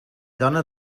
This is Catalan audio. dona